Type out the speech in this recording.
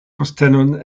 postenon